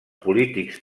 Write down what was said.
polítics